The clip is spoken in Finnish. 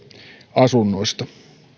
asunnoista